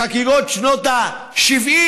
לחגיגות שנת ה-70,